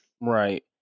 Right